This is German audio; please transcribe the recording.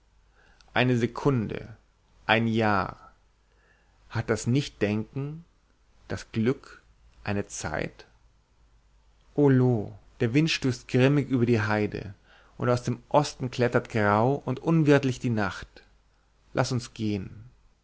eine sekunde ein jahr hat das nicht denken das glück eine zeit oh loo der wind stößt grimmig über die heide und aus dem osten klettert grau und unwirtlich die nacht laß uns gehen